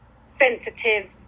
sensitive